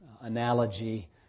analogy